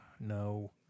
No